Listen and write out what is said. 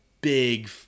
big